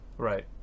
Right